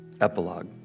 Epilogue